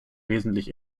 wesentlich